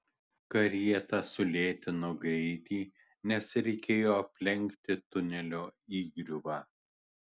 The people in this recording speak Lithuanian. karieta sulėtino greitį nes reikėjo aplenkti tunelio įgriuvą